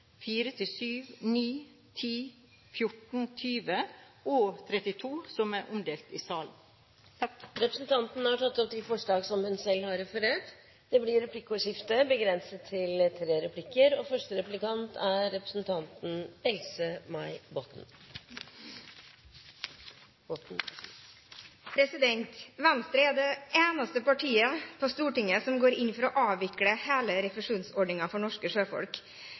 14, 20, og 32, som er omdelt i salen. Representanten Borghild Tenden har tatt opp de forslagene hun refererte til. Det blir replikkordskifte. Venstre er det eneste partiet på Stortinget som går inn for å avvikle hele refusjonsordningen for norske sjøfolk.